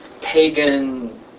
pagan